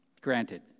Granted